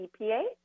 EPA